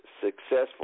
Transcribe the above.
successful